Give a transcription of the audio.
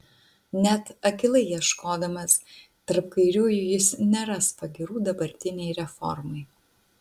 net akylai ieškodamas tarp kairiųjų jis neras pagyrų dabartinei reformai